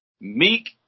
Meek